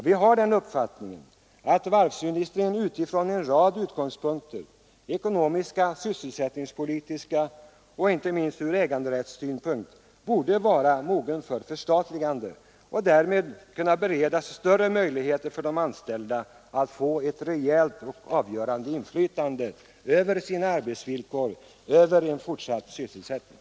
Vi har den uppfattningen att varvsindustrin från en rad utgångspunkter, ekonomiska och sysselsättningspolitiska, och inte minst från äganderättssynpunkt borde vara mogen för förstatligande, vilket skulle bereda större möjligheter för de anställda att få ett rejält och avgörande inflytande över sina arbetsvillkor och tillförsäkras en fortsatt sysselsättning.